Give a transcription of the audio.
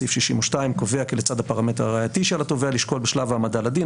סעיף 62 קובע כי לצד הפרמטר הראייתי שעל התובע לשקול בשלב העמדה לדין,